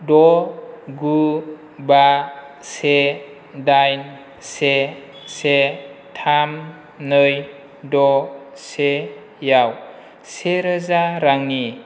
द' गु बा से दाइन से से थाम नै द सेयाव सेरोजा रांनि